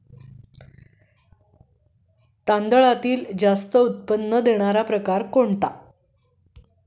बासमती तांदळातील जास्त उत्पन्न देणारा प्रकार कोणता?